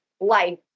life